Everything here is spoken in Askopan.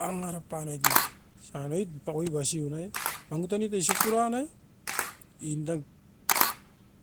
Angara panoit ne, osan oit pakaui basiu nai? Mangutan itai isop puran nai, indan